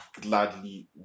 gladly